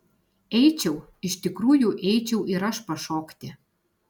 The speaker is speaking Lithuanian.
eičiau iš tikrųjų eičiau ir aš pašokti